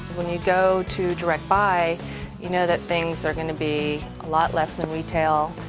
when you go to directbuy, you know that things are going to be a lot less than retail,